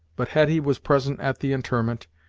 but hetty was present at the interment,